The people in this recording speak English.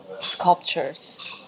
sculptures